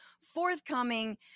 forthcoming